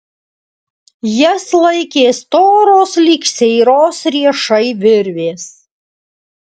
jas laikė storos lyg seiros riešai virvės